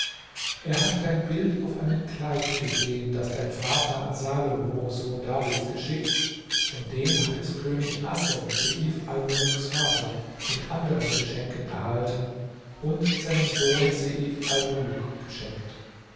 er hat dein bild auf einem kleid gesehen das dein vater an salomo sohn davids geschickt von dem hat es könig assem seif almuluks vater mit anderen geschenken erhalten und seinem sohne seif almuluk geschenkt